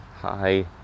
Hi